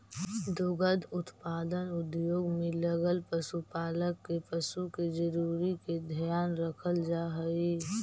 दुग्ध उत्पादन उद्योग में लगल पशुपालक के पशु के जरूरी के ध्यान रखल जा हई